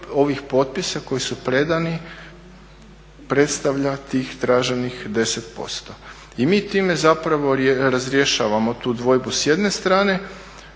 ovih potpisa koji su predani predstavlja tih traženih 10%. I mi time zapravo razrješavamo tu dvojbu s jedne strane,